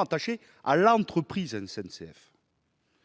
attachés à l'entreprise SNCF.